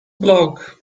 bloke